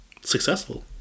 successful